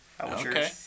okay